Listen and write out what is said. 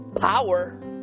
Power